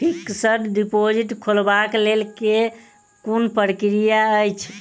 Fixed deposit खोलबाक लेल केँ कुन प्रक्रिया अछि?